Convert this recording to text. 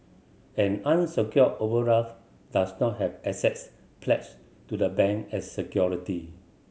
an unsecured overdraft does not have assets pledged to the bank as security